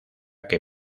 que